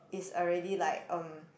is already like um